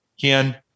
Ken